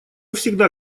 всегда